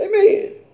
Amen